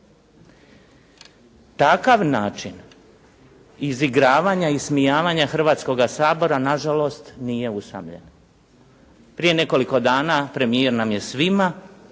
Takav način izigravanja i ismijavanja Hrvatskoga sabora na žalost nije usamljena. Prije nekoliko dana premijer nam je svima